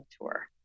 tour